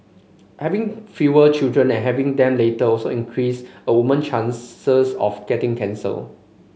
having fewer children and having them later also increase a woman chances of getting cancer